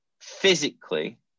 physically